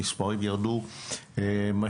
המספרים ירדו משמעותית,